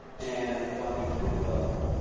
and bonnie tidwell